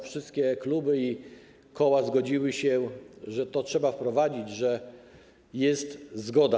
Wszystkie kluby i koła zgodziły się, że to trzeba wprowadzić, że jest na to zgoda.